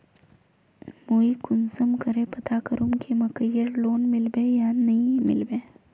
मुई कुंसम करे पता करूम की मकईर लोन मिलबे या नी मिलबे?